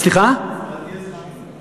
שאלתי איזה שינוי.